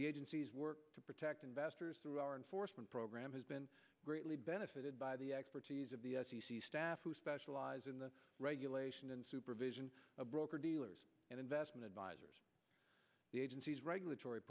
the agency's work to protect investors through our enforcement program has been greatly benefited by the expertise of the staff who specialize in the regulation and supervision of broker dealers and investment advisors the agency's regulatory